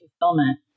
fulfillment